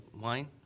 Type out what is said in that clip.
wine